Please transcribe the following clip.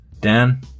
Dan